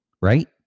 right